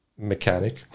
mechanic